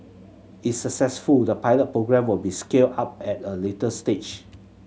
it successful the pilot programme will be scaled up at a later stage